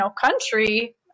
country